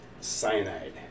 cyanide